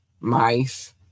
mice